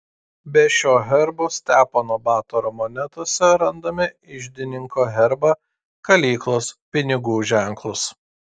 be šio herbo stepono batoro monetose randame iždininko herbą kalyklos pinigų ženklus